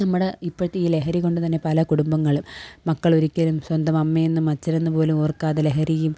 നമ്മുടെ ഇപ്പോഴത്തെ ഈ ലഹരി കൊണ്ടുതന്നെ പല കുടുംബങ്ങളും മക്കളൊരിക്കലും സ്വന്തം അമ്മയെന്നും അച്ഛനെന്നും പോലും ഓര്ക്കാതെ ലഹരിയില്